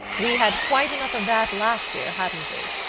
we had quite enough of that last year, hadn't we?